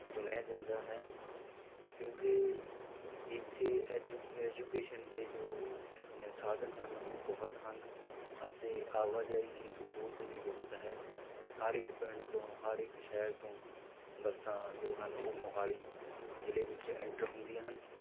ਚੁਣਿਆ ਜਾਂਦਾ ਹੈ ਕਿਉਂਕਿ ਇੱਥੇ ਐਜੂ ਐਜੂਕੇਸ਼ਨ ਦੇ ਜੋ ਸਾਧਨ ਹਨ ਉਹ ਬਹੁਤ ਹਨ ਅਤੇ ਆਵਾਜਾਈ ਦੀ ਸਹੂਲਤ ਵੀ ਬਹੁਤ ਹੈ ਹਰ ਇੱਕ ਪਿੰਡ ਤੋਂ ਹਰ ਇੱਕ ਸ਼ਹਿਰ ਤੋਂ ਬੱਸਾਂ ਜੋ ਹਨ ਉਹ ਮੋਹਾਲੀ ਜ਼ਿਲ੍ਹੇ ਵਿੱਚ ਐਂਟਰ ਹੁੰਦੀਆਂ ਹਨ